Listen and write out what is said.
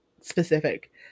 specific